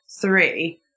three